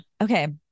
Okay